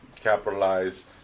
capitalize